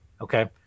Okay